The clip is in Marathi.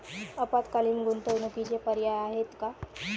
अल्पकालीन गुंतवणूकीचे पर्याय आहेत का?